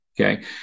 okay